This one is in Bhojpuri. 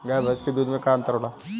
गाय भैंस के दूध में का अन्तर होला?